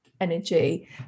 energy